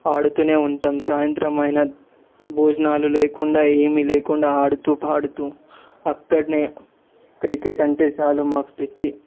ఆడుతూనే ఉంటాం సాయంత్రం అయినా భోజనాలు లేకుండా ఏమి లేకుండా ఆడుతూ పాడుతూ అక్కడనే క్రికెట్ అంటే చాలు మాకు పిచ్చి